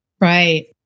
right